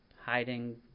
hiding